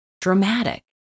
dramatic